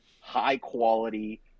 high-quality